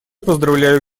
поздравляю